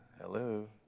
Hello